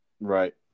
Right